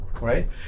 right